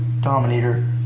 Dominator